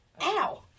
Ow